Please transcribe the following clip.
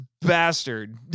bastard